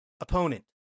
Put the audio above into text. opponent